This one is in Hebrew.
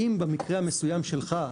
אם במקרה המסוים שלך,